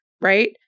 right